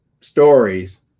stories